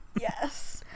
yes